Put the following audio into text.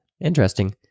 Interesting